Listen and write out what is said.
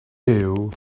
duw